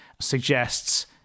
suggests